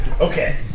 Okay